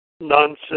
nonsense